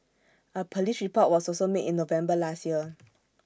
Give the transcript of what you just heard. A Police report was also made in November last year